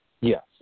Yes